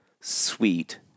sweet